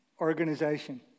organization